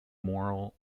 moral